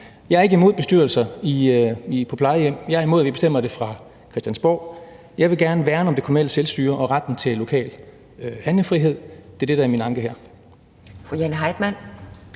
Jeg er ikke imod bestyrelser på plejehjem. Jeg er imod, at vi bestemmer det på Christiansborg. Jeg vil gerne værne om det kommunale selvstyre og retten til lokal handlefrihed. Det er det, der er min anke her. Kl. 12:31 Anden